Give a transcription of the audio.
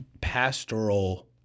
pastoral